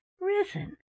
Risen